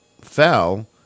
fell